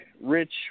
rich